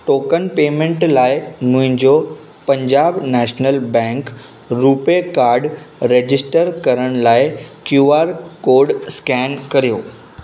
token payment लाइ मुंहिंजो Punjab National Bank RuPay card register करण लाइ क्यू आर कोड स्केन करियो